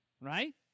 Right